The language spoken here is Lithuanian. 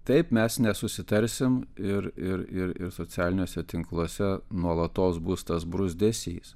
taip mes nesusitarsim ir ir ir ir socialiniuose tinkluose nuolatos bus tas bruzdesys